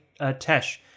Tesh